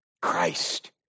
Christ